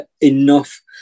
enough